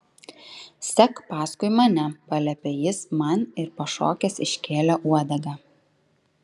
sek paskui mane paliepė jis man ir pašokęs iškėlė uodegą